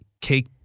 cake